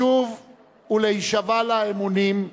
לשוב ולהישבע לה אמונים,